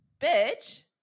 Bitch